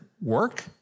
work